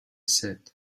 said